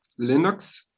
linux